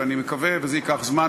וזה ייקח זמן,